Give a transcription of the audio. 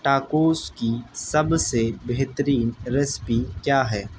tacos کی سب سے بہترین ریسپی کیا ہے